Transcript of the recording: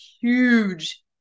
huge